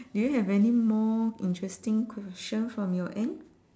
do you have any more interesting question from your end